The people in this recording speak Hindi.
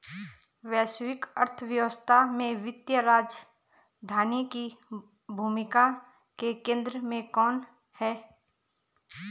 वैश्विक अर्थव्यवस्था में वित्तीय राजधानी की भूमिका के केंद्र में कौन है?